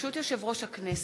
ברשות יושב-ראש הכנסת,